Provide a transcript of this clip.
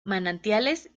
manantiales